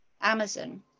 amazon